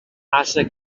ase